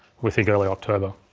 we think, early october.